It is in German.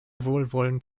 wohlwollend